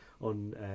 on